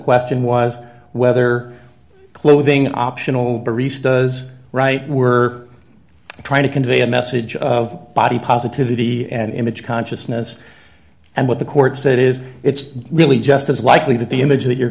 question was whether clothing optional to reste as right we're trying to convey a message of body positivity and image consciousness and what the court said is it's really just as likely that the image that you're